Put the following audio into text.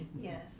Yes